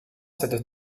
cette